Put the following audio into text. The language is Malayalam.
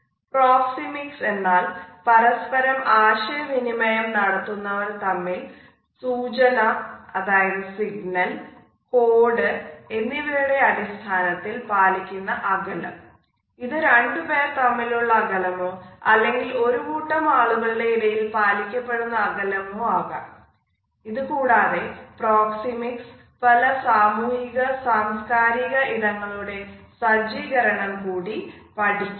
പ്രോക്സിമിക്സ് എന്നാൽ പരസ്പരം ആശയവിനിമയം നടത്തുന്നവർ തമ്മിൽ സൂചന കോഡ് എന്നിവയുടെ അടിസ്ഥാനത്തിൽ പാലിക്കുന്നഇത് കൂടാതെ പ്രോക്സിമിക്സ് പല സാമൂഹിക സാംസ്കാരിക ഇടങ്ങളുടെ സജ്ജീകരണം കൂടി പഠിക്കുന്നു